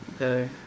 Okay